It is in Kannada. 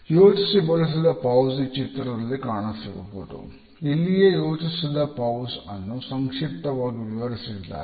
ಯೋಚಿಸಿ ಬಳಸಿದ ಪೌಜ್ ಅನ್ನು ಸಂಕ್ಷಿಪ್ತವಾಗಿ ವಿವರಿಸಿದ್ದಾರೆ